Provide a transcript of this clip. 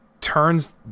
turns